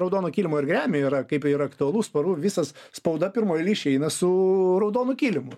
raudono kilimo ir grammy yra kaip ir aktualu svaru visas spauda pirmoj eilėj išeina su raudonu kilimu